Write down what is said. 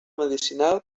medicinal